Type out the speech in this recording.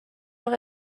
اقا